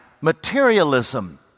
materialism